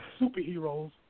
superheroes